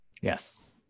Yes